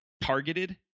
targeted